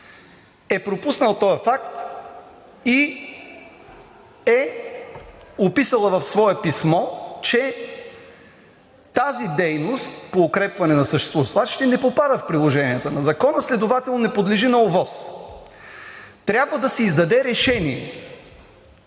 е пропуснал този факт и е описал в свое писмо, че тази дейност по укрепване на съществуващо свлачище не попада в приложенията на закона, следователно не подлежи на ОВОС. Трябва да се издаде решение